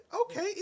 Okay